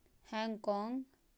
Hong Kong